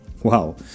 Wow